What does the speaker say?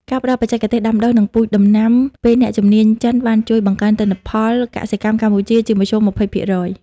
ការផ្ដល់បច្ចេកទេសដាំដុះ និងពូជដំណាំពីអ្នកជំនាញចិន បានជួយបង្កើនទិន្នផលកសិកម្មកម្ពុជាជាមធ្យម ២០%។